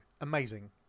amazing